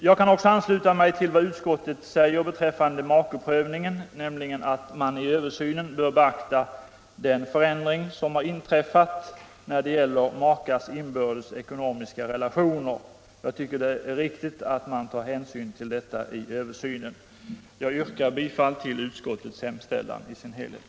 Jag kan också ansluta mig till vad utskottet säger beträffande makeprövningen, nämligen att man vid översynen bör beakta den förändring som har inträffat när det gäller makars inbördes ekonomiska relationer. Det tycker jag är riktigt. Jag yrkar bifall till vad utskottet hemställt.